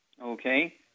okay